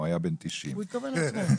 הוא היה בן 90. הוא התכוון לעצמו.